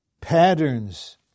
patterns